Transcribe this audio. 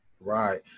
Right